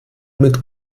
mit